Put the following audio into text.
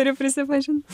turiu prisipažint